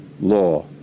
law